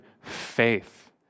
faith